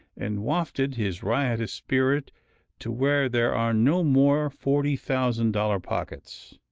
and wafted his riotous spirit to where there are no more forty thousand dollar pockets,